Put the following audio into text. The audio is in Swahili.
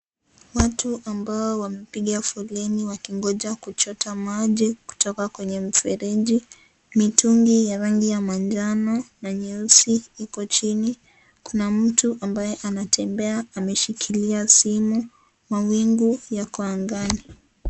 Watu ambao wamepiga foleni wakingoja kuchota maji, kutoka kwenye mfereji. Mitungi ya rangi ya manjano na nyeusi iko chini. Kuna mtu ambaye anatembea ameshikilia simu. Mawingu yako angani.